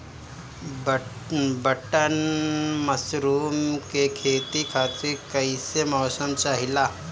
Button mushroom के खेती खातिर कईसे मौसम चाहिला?